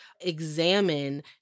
examine